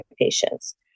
patients